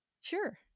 sure